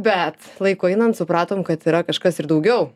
bet laikui einant supratom kad yra kažkas ir daugiau